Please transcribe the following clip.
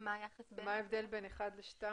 מה ההבדל בין 1 ל-2?